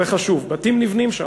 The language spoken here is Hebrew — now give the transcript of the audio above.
זה חשוב, בתים נבנים שם.